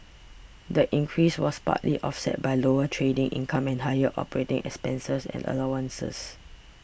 the increase was partly offset by lower trading income and higher operating expenses and allowances